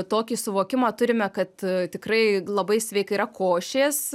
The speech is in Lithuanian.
tokį suvokimą turime kad tikrai labai sveika yra košės